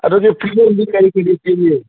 ꯑꯗꯨꯗꯤ ꯐꯤꯖꯣꯜꯗꯤ ꯀꯔꯤ ꯀꯔꯤ ꯁꯦꯠꯂꯤ